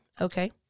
okay